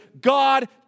God